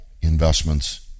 investments